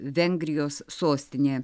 vengrijos sostinė